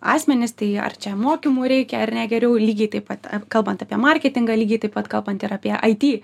asmenys tai ar čia mokymų reikia ar ne geriau lygiai taip pat kalbant apie marketingą lygiai taip pat kalbant ir apie it